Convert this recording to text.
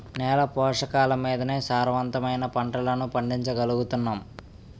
నేల పోషకాలమీదనే సారవంతమైన పంటలను పండించగలుగుతున్నాం